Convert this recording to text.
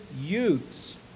youths